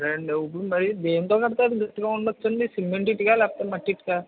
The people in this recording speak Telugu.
సరే అండి అవుతుంటాయి దేనితో కడితే అది గట్టిగా ఉండొచ్చు అండి సిమెంట్ ఇటుకా లేకపోతే మట్టి ఇటుకా